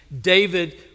David